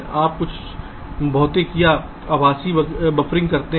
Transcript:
आप कुछ भौतिक या आभासी बफरिंग करते हैं